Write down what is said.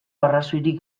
arrazoirik